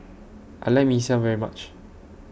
I like Mee Siam very much